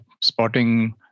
spotting